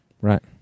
Right